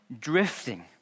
drifting